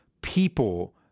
people